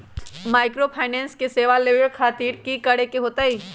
Microfinance के सेवा लेबे खातीर की करे के होई?